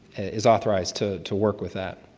is authorized to to work with that.